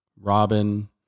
Robin